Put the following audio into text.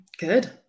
Good